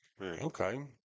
Okay